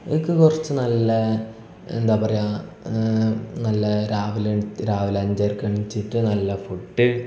എനിക്ക് കുറച്ച് നല്ല എന്താ പറയാ നല്ല രാവിലെ എട് രാവിലെ അഞ്ചരക്ക് എണീറ്റിട്ട് നല്ല ഫുഡ്ഡ്